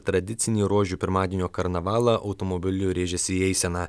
tradicinį rožių pirmadienio karnavalą automobiliu rėžėsi į eiseną